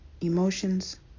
Emotions